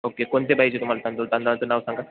okay कोणते पाहिजे तुम्हाला तांदूळ तांदळाचं नाव सांगा